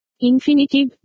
Infinitive